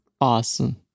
Awesome